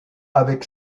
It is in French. avec